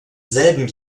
selben